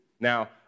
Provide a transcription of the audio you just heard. Now